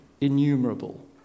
innumerable